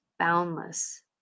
Boundless